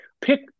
pick